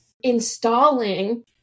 installing